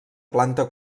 planta